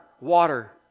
water